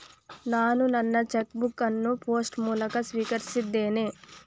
ನಾನು ನನ್ನ cheque book ಅನ್ನು ಪೋಸ್ಟ್ ಮೂಲಕ ಸ್ವೀಕರಿಸಿದ್ದೇನೆ